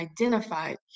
identified